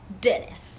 Dennis